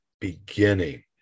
beginning